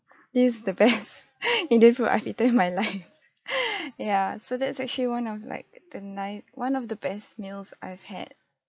this is the best indian food I've eaten my life ya so that's actually one of like the ni~ one of the best meals I've had